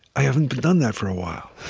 i haven't done that for a while.